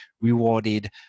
rewarded